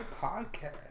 podcast